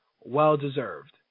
well-deserved